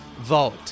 vote